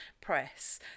press